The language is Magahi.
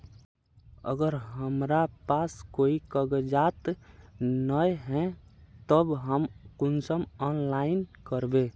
अगर हमरा पास कोई कागजात नय है तब हम कुंसम ऑनलाइन करबे?